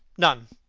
none.